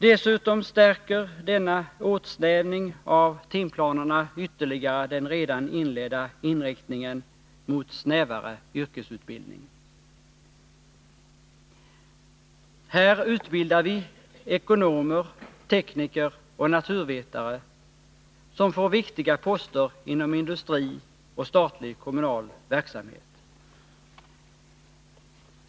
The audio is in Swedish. Dessutom stärker denna åtsnävning av timplanerna ytterligare den redan inledda inriktningen mot snävare yrkesutbildning. Här utbildar vi ekonomer, tekniker och naturvetare för viktiga poster inom industri och statligkommunal verksamhet.